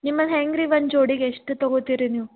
ನಿಮ್ಮಲ್ಲಿ ಹೆಂಗ್ರಿ ಒನ್ ಜೋಡಿಗೆ ಎಷ್ಟು ತಗೋತೀರಿ ನೀವು